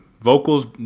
Vocals